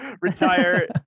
retire